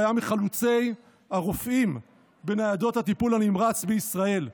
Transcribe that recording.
והיה מחלוצי הרופאים בניידות הטיפול הנמרץ בישראל.